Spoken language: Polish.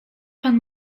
pan